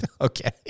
Okay